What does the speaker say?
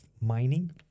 mining